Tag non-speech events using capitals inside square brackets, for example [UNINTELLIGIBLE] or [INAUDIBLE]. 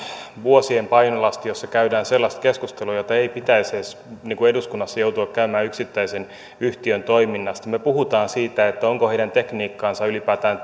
vuosien painolasti ja siitä käydään sellaista keskustelua jota ei edes pitäisi eduskunnassa joutua käymään yksittäisen yhtiön toiminnasta me puhumme siitä onko heidän tekniikkansa ylipäätään [UNINTELLIGIBLE]